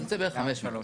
אז ייצא בערך 500,